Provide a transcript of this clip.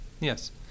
Yes